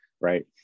right